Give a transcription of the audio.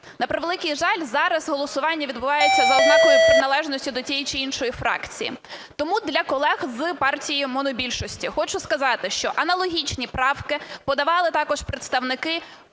На превеликий жаль, зараз голосування відбувається за ознакою приналежності до тієї чи іншої фракції. Тому для колег з партії монобільшості хочу сказати, що аналогічні правки подавали також представники